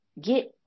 get